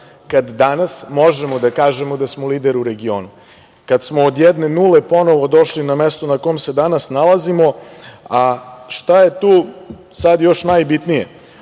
kada danas možemo da kažemo da smo lider u regionu, kad smo od jedne nule ponovo došli na mesto na kom se danas nalazimo.A šta je tu sad još najbitnije?